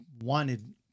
wanted